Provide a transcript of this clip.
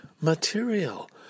material